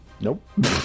Nope